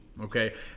Okay